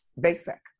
basic